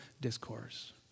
discourse